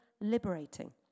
liberating